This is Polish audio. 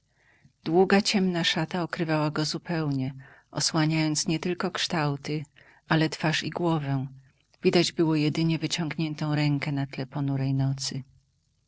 długa ciemna szata okrywała go zupełnie osłaniając nietylko kształty ale twarz i głowę widać było jedynie wyciągniętą rękę na tle ponurej nocy